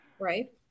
right